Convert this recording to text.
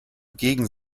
gegen